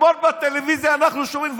אתמול בטלוויזיה אנחנו שומעים,